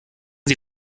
sie